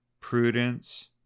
prudence